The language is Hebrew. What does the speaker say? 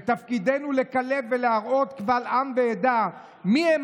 ותפקידנו לגלות ולהראות קבל עם ועדה מיהם